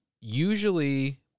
Usually